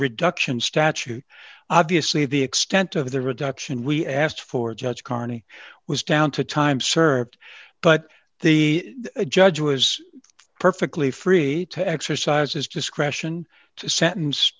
reduction statute obviously the extent of the reduction we asked for judge carney was down to time served but the judge was perfectly free to exercise his discretion sentenced